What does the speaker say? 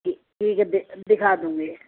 ٹھیک ہے دکھا دوں گی